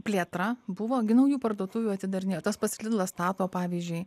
plėtra buvo gi naujų parduotuvių atidarinėjo tas pats lidlas stato pavyzdžiui